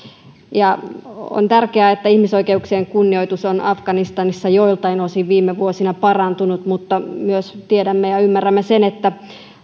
on tärkeää että ihmisoikeuksien kunnioitus on afganistanissa joiltain osin viime vuosina parantunut mutta myös tiedämme ja ymmärrämme sen että